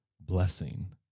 blessing